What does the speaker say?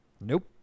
Nope